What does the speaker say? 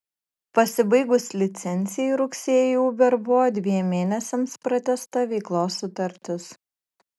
pasibaigus licencijai rugsėjį uber buvo dviem mėnesiams pratęsta veiklos sutartis